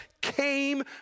came